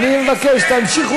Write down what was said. נהניתי, אז אני מבקש שתמשיכו